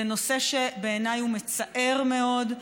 זה נושא שבעיניי הוא מצער מאוד,